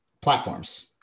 platforms